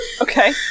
Okay